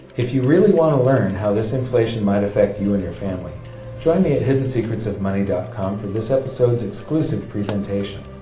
if you really want to learn how this inflation might affect you and your family join me at hiddensecretsofmoney dot com for this episode's exclusive presentation,